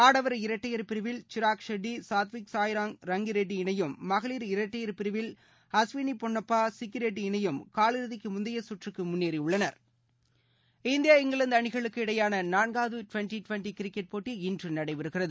ஆடவர் இரட்டையர் பிரிவில் ஷிராக் ஷெட்டி சாத்விக் சாய்ராஜ் ரங்கி ரெட்டி இணையும் மகளிர் இரட்டையர் பிரிவில் அஸ்வினி பொன்னப்பா சிக்கி ரெட்டி இணையும் காலிறதிக்கு முந்தைய கற்றக்கு முன்னேறியுள்ளன இந்தியா இங்கிலாந்து அணிகளுக்கு இடையேயான நான்காவது டுவெண்டி டுவெண்டி கிரிக்கெட் போட்டி இன்று நடைபெறுகிறது